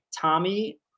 Tommy